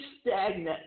stagnant